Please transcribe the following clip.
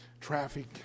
traffic